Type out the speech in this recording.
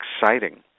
exciting